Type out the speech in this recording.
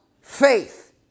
faith